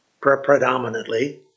predominantly